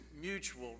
mutual